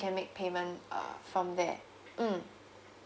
you can make payment uh from there mm